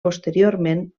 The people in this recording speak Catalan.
posteriorment